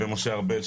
ארבל,